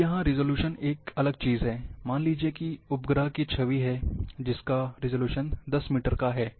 अब यहाँ रिज़ॉल्यूशन एक अलग चीज है मान लीजिए कि उपग्रह की छवि है जिसका रिजॉल्यूशन 10 मीटर का हो